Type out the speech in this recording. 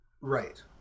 right